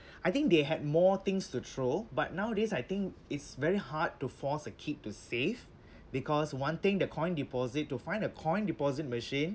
I think they have more things to throw but nowadays I think it's very hard to force a kid to save because one thing the coin deposit to find a coin deposit machine